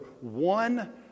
one